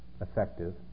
effective